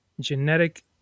genetic